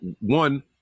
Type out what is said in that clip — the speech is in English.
one